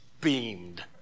beamed